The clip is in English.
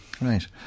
right